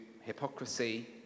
hypocrisy